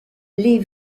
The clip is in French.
les